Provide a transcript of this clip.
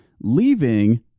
leaving